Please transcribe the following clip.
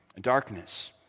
darkness